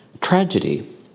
Tragedy